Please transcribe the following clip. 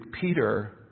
Peter